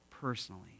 personally